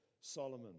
Solomon